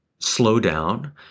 slowdown